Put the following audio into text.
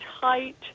tight